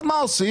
אז מה עושים?